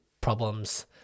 problems